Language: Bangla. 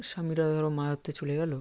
স্বামীরা ধরো মাছ ধরতে চলে গেলো